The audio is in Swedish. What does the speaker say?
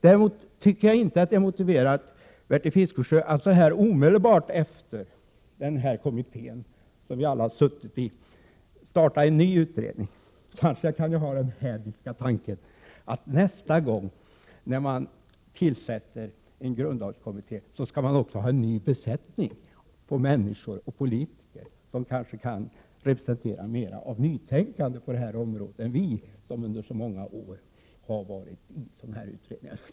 Däremot tycker jag inte att det är motiverat, Bertil Fiskesjö, att så snart efter folkstyrelsekommittén, som vi suttit i, starta en ny utredning. Kanske har jag den hädiska tanken att nästa gång en grundlagskommitté tillsätts, då skall det också vara en ny besättning politiker som kanske kan representera mer av nytänkande på det här området än vi som under så många år har varit med i sådana här utredningar.